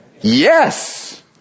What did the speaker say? Yes